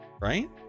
right